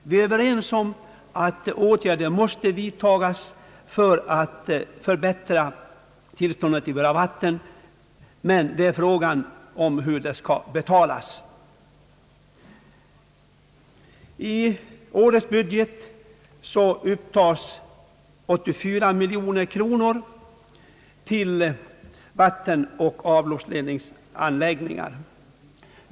Vi är överens om att åtgärder måste vidtas för att förbättra tillståndet i våra vatten, men frågan är hur de skall betalas. I årets budget upptas 84 miljoner kronor till vattenoch avloppsledningsanläggningar.